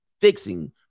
fixing